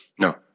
no